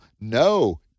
No